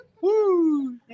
Woo